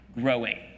growing